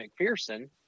McPherson